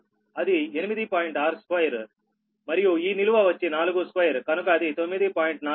62 మరియు ఈ నిలువ వచ్చి 42 కనుక అది 9